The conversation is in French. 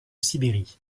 sibérie